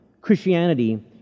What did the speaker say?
Christianity